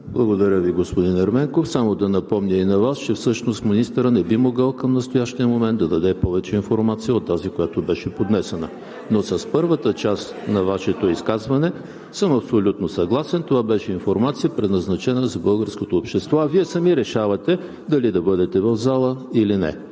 Благодаря Ви, господин Ерменков. Само да напомня и на Вас, че всъщност министърът не би могъл към настоящия момент да даде повече информация от тази, която беше поднесена. С първата част на Вашето изказване съм абсолютно съгласен. Това беше информация, предназначена за българското общество. Вие сами решавате дали да бъдете в залата или не.